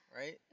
Right